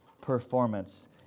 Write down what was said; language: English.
performance